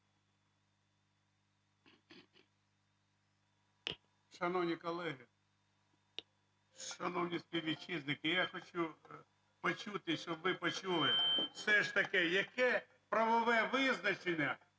Шановні колеги! Шановні співвітчизники! Я хочу почути, щоб ви почули. Все ж таки яке праве визначення,